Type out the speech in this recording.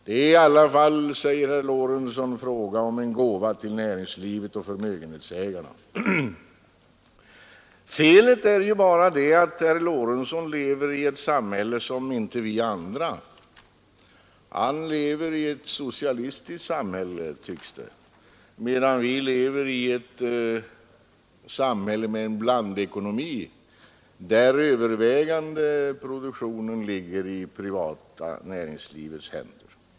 Det är i alla fall, säger herr Lorentzon, frågan om en gåva till näringslivet och förmögenhetsägarna. Felet är bara det att herr Lorentzon lever i ett annat samhälle än vi andra. Han lever i ett socialistiskt samhälle, tycks det, medan vi lever i ett samhälle med en blandekonomi, där den övervägande produktionen ligger i det privata näringslivets händer.